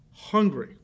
hungry